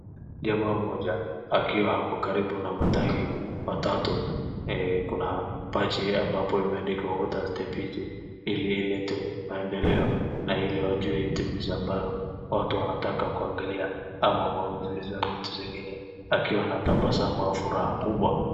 Jamaa mmoja akiwa hapo karibu na matangi matatu. Kuna baji ambapo imeandikwa water step ili ilete maendeleo na ili wajue vitu ambayo watu wanataka kuangalia ama maudhi za vitu zingine akiwa na tabasamu au furaha kubwa.